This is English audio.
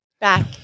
back